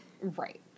Right